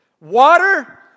Water